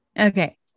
Okay